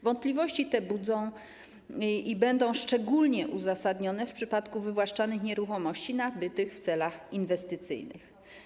Wątpliwości te budzą i będą szczególnie uzasadnione w przypadku wywłaszczanych nieruchomości nabytych w celach inwestycyjnych.